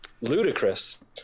ludicrous